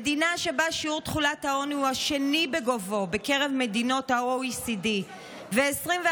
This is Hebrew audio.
במדינה שבה שיעור תחולת העוני הוא השני בגובהו בקרב מדינות ה-OECD ו-21%